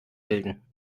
bilden